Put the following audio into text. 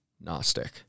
Gnostic